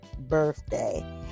birthday